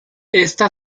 esta